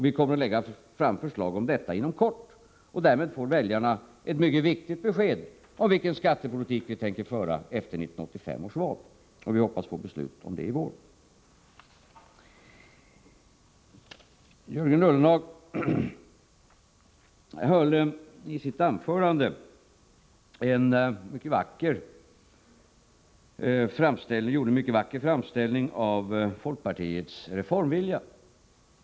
Vi kommer att lägga fram förslag om detta inom kort, och därmed får väljarna ett mycket viktigt besked om vilken skattepolitik vi tänker föra efter 1985 års val. Vi hoppas få beslut om detta i vår. Jörgen Ullenhag gjorde i sitt anförande en mycket vacker framställning av folkpartiets reformvilja.